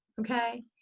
Okay